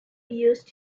used